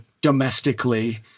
domestically